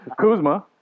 Kuzma